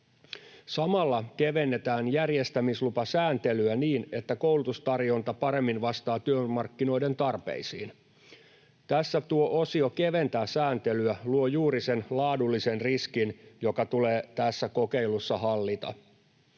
Samalla kevennetään järjestämislupasääntelyä niin, että koulutustarjonta paremmin vastaa työmarkkinoiden tarpeisiin. Tässä tuo osio, keventää sääntelyä, luo juuri sen laadullisen riskin, joka tulee tässä kokeilussa hallita.